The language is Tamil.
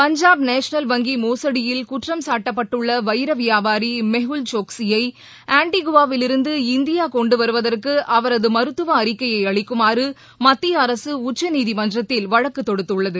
பஞ்சாப் நேஷனல் வங்கி மோசுடியில் குற்றம்சாட்டப்பட்டுள்ள வைர வியாபாரி மேஹுல் சோக்ஸியை ஆன்டிகுவா விலிருந்து இந்தியா கொண்டு வருவதற்கு அவரது மருத்துவ அறிக்கையை அளிக்குமாறு மத்திய அரசு உச்சநீதிமன்றத்தில் வழக்கு தொடுத்துள்ளது